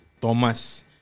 Thomas